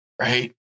right